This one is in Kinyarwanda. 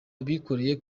bikoreye